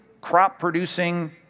crop-producing